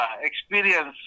experience